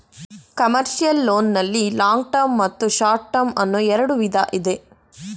commercial loan ನಲ್ಲಿ long term ಮತ್ತು short term ಅನ್ನೋ ಎರಡು ವಿಧ ಇದೆ